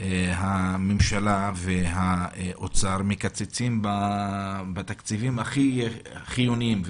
הממשלה והאוצר מקצצים בתקציבים הכי חיוניים.